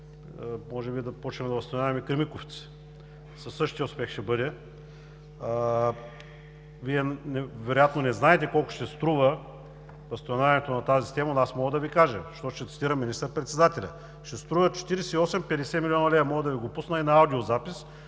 Може би да започнем да възстановяваме „Кремиковци“? Ще бъде със същия успех. Вие вероятно не знаете колко ще струва възстановяването на тази система, но аз мога да Ви кажа, защото ще цитирам министър председателя: ще струва 48 – 50 млн. лв. Мога да Ви го пусна и на аудиозапис.